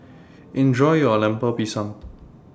Enjoy your Lemper Pisang